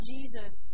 Jesus